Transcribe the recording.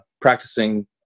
practicing